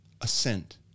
assent